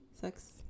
sex